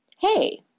hey